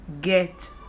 get